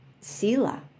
sila